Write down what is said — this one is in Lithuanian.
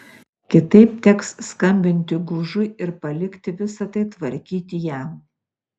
kitaip teks skambinti gužui ir palikti visa tai tvarkyti jam